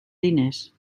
diners